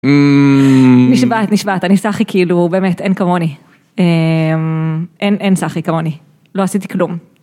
נשבעת, נשבעת, אני סאחי כאילו באמת אין כמוני, אין סאחי כמוני, לא עשיתי כלום.